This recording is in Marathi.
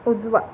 उजवा